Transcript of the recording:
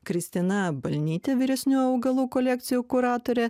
kristina balnytė vyresnioji augalų kolekcijų kuratorė